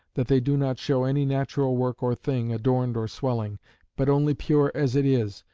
that they do not show any natural work or thing, adorned or swelling but only pure as it is,